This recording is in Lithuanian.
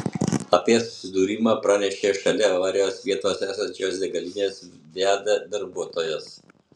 apie susidūrimą pranešė šalia avarijos vietos esančios degalinės viada darbuotojas